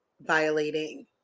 violating